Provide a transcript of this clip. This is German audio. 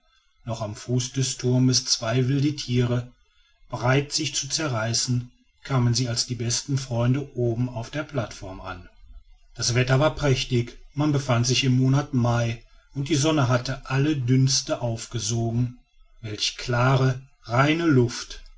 noch am fuße des thurms zwei wilde thiere bereit sich zu zerreißen kamen sie als die besten freunde oben auf der plattform an das wetter war prächtig man befand sich im monat mai und die sonne hatte alle dünste aufgesogen welch klare reine luft